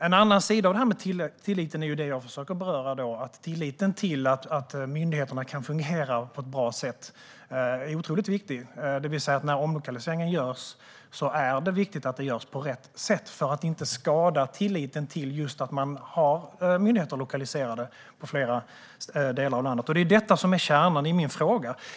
En annan sida av detta med tilliten är det som jag försöker beröra, nämligen att tilliten till att myndigheterna kan fungera på ett bra sätt är otroligt viktig. När omlokaliseringen görs är det alltså viktigt att den görs på rätt sätt för att inte skada tilliten till att man har myndigheter lokaliserade i flera delar av landet. Det är detta som är kärnan i min fråga.